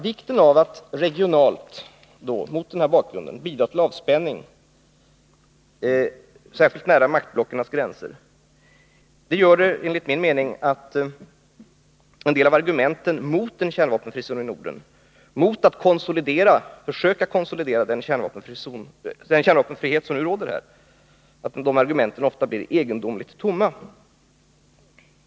Vikten av att mot denna bakgrund regionalt kunna bidra till avspänning — särskilt nära maktblockens gränser — gör enligt min mening att en del av argumenten mot en kärnvapenfri zon i Norden och mot att försöka konsolidera den kärnvapenfrihet som nu råder här, ofta blir egendomligt tomma.